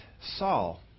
Saul